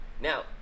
Now